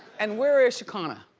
and where is shekinah?